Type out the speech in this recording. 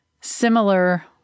similar